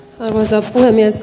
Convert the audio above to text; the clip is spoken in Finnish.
arvoisa puhemies